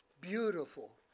Beautiful